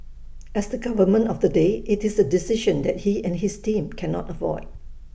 as the government of the day IT is A decision that he and his team cannot avoid